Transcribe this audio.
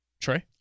Trey